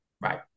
Right